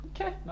okay